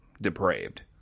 depraved